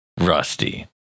rusty